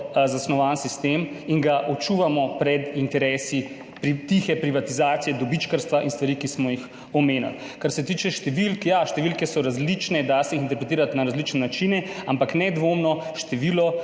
zasnovan sistem in ga očuvamo pred interesi tihe privatizacije, dobičkarstva in stvari, ki smo jih omenili. Kar se tiče številk, ja, številke so različne, da se jih interpretirati na različne načine, ampak nedvomno število